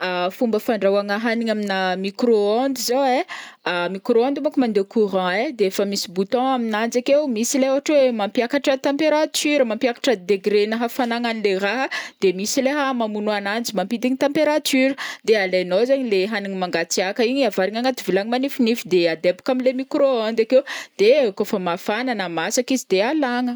Fomba fandrahoana haninga amina micro onde zao ai; micro onde bonko mande courant ai, de efa misy bouton aminanjy akeo misy le ôhatra oe mampiakatra température mampiakatra degré na hafanananle raha de misy le raha mamogno ananjy mampidigny température, de alainao zegny le hagnigny mangatsiaka igny avarina anaty vilagny manifinify de adeboka amle micro onde akeo, de kô fa mafana na masaka izy de alagna.